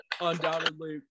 Undoubtedly